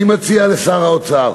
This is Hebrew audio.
אני מציע לשר האוצר,